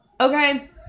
okay